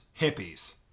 hippies